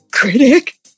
Critic